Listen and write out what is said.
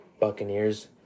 Buccaneers